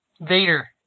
Vader